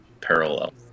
Parallel